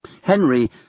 Henry